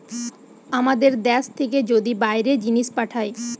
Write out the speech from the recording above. আমাদের দ্যাশ থেকে যদি বাইরে জিনিস পাঠায়